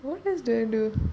what else do I do